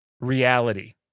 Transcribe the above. reality